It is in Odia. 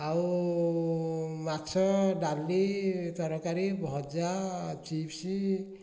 ଆଉ ମାଛ ଡାଲି ତରକାରି ଭଜା ଚିପ୍ସ